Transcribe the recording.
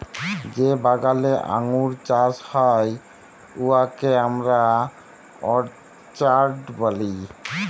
যে বাগালে আঙ্গুর চাষ হ্যয় উয়াকে আমরা অরচার্ড ব্যলি